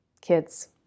kids